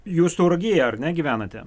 jūs tauragėje ar ne gyvenate